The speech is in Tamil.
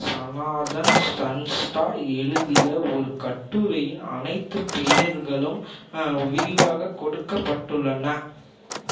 சனாதன் சன்ஸ்தா எழுதிய ஒரு கட்டுரையின் அனைத்து பெயர்களும் விரிவாக கொடுக்கப்பட்டுள்ளன